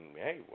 hey